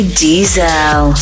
diesel